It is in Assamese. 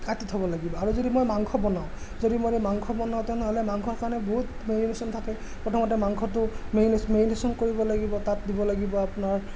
কাটি থ'ব লাগিব আৰু যদি মই মাংস বনাওঁ যদি মই মাংস বনাওঁ তেনেহ'লে মাংসৰ কাৰণে বহুত মেৰিনেশ্যন থাকে প্ৰথমতে মাংসটো মেৰিনে মেৰিনেশ্যন কৰিব লাগিব তাত দিব লাগিব আপোনাৰ